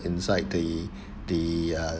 inside the the uh